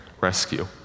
rescue